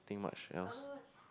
nothing much else